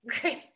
great